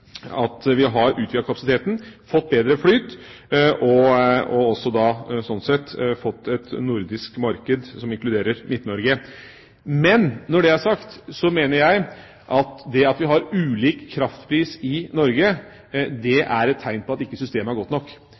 at vi har utvidet kapasiteten, fått bedre flyt og også fått et nordisk marked som inkluderer Midt-Norge. Men når det er sagt, mener jeg at det at vi har ulik kraftpris i Norge, er et tegn på at systemet ikke er godt nok.